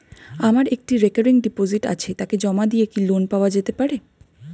আমার একটি recurring deposit আছে তাকে জমা দিয়ে কি লোন পাওয়া যেতে পারে?